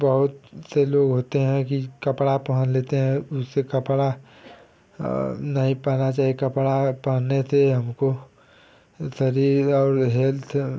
बहुत से लोग होते हैं कि कपड़ा पहन लेते हैं उससे कपड़ा नहीं पहनना चाहिए कपड़ा पहनने से हमको शरीर और हेल्थ